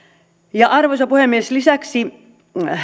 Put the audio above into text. arvoisa puhemies lisäksi